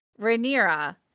Rhaenyra